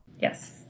Yes